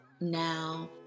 now